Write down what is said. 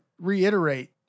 reiterate